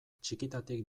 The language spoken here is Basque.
txikitatik